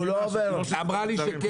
היא אמרה לי שכן.